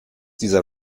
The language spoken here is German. dieser